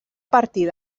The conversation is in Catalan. partir